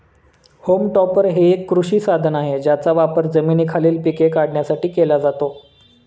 home टॉपर हे एक कृषी साधन आहे ज्याचा वापर जमिनीखालील पिके काढण्यासाठी केला जातो